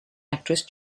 actress